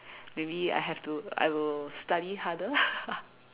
maybe I have to I will study harder